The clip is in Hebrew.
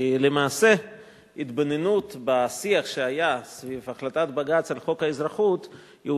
כי למעשה התבוננות בשיח שהיה סביב החלטת בג"ץ על חוק האזרחות מגלה שהוא